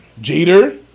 jeter